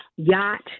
Yacht